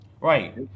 right